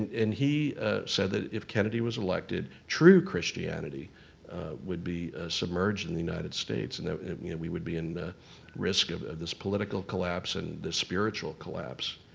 and he said that if kennedy was elected, true christianity would be submerged in the united states and that i mean we would be in risk of of this political collapse and the spiritual collapse.